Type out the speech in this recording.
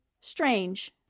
strange